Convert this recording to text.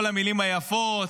כל המילים היפות,